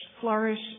flourish